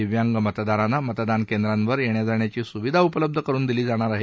दिव्यांग मतदारांना मतदान केंद्रावर येण्या जाण्याची सुविधा उपलब्ध करून दिली जाणार आहे